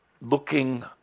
looking